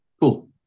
Cool